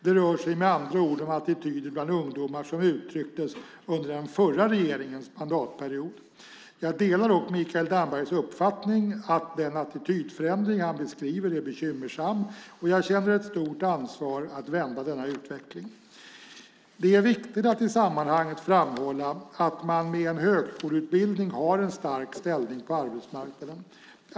Det rör sig med andra ord om attityder bland ungdomar som uttrycktes under den förra regeringens mandatperiod. Jag delar dock Mikael Dambergs uppfattning att den attitydförändring han beskriver är bekymmersam, och jag känner ett stort ansvar att vända denna utveckling. Det är viktigt att i sammanhanget framhålla att man med en högskoleutbildning har en stark ställning på arbetsmarknaden.